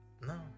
No